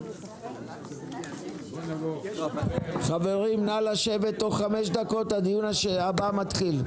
ננעלה בשעה 12:01.